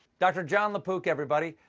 dr. jon lapook, everybody!